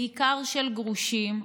בעיקר של גרושים ובודדים.